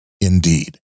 Indeed